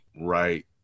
right